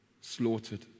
slaughtered